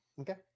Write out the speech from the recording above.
Okay